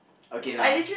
okay lah